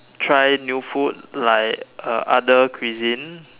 try new food like uh other cuisine